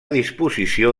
disposició